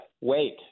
wait